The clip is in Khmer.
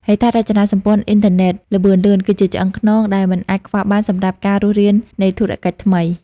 ហេដ្ឋារចនាសម្ព័ន្ធអ៊ីនធឺណិតល្បឿនលឿនគឺជាឆ្អឹងខ្នងដែលមិនអាចខ្វះបានសម្រាប់ការរស់រាននៃធុរកិច្ចថ្មី។